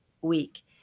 week